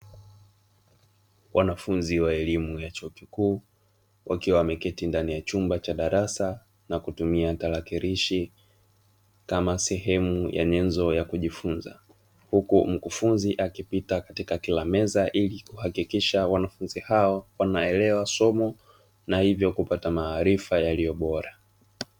Wanafunzi wa elimu ya chuo kikuu wakiwa wameketi ndani ya chumba cha darasa na kutumia tarakilishi kama sehemu ya nyenzo ya kujifunza, huku mkufunzi akipita katika kila meza ili kuhakikisha wanafunzi hao wanaelewa somo na hivyo kupata maarifa yaliyo bora.